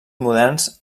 moderns